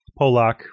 Polak